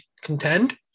contend